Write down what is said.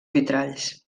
vitralls